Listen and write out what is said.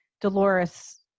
Dolores